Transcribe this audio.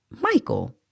Michael